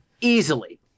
easily